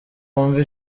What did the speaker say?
wumve